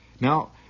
Now